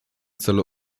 celu